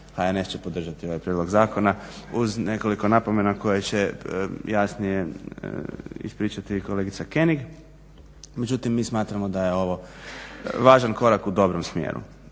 HNS će podržati ovaj prijedlog zakona uz nekoliko napomena koje će jasnije ispričati kolegica König. Međutim mi smatramo da je ovo važan korak u dobrom smjeru